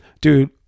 Dude